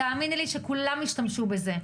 תאמיני לי שכולם ישתמשו בזה.